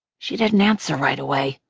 she didn't answer right away,